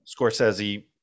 Scorsese